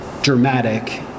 dramatic